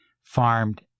farmed